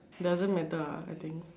doesn't matter ah I think